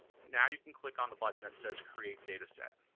now you can click on the button that says create data set.